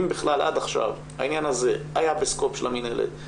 אם בכלל עד עכשיו היה בסקופ של המינהלת,